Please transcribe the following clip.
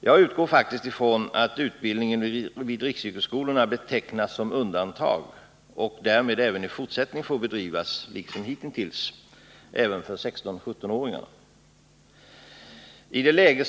Jag utgår faktiskt ifrån att utbildningen vid riksyrkesskolorna betecknas som undantag, varför utbildningen som hitintills får bedrivas även när det gäller 16-17-åringarna.